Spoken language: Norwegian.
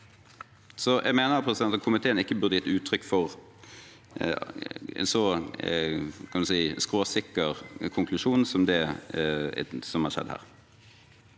jeg mener at komiteen ikke burde gitt uttrykk for en så skråsikker konklusjon, kan man si, som det som har skjedd her.